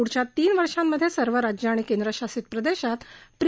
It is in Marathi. पुढच्या तीन वर्षांमध्ये सर्व राज्य आणि केंद्र शासित प्रदेशांत प्री